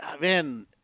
man